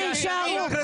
שיישארו.